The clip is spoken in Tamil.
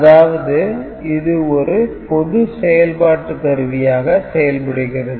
அதாவது இது ஒரு பொது செயல்பாட்டு கருவியாக செயல்படுகிறது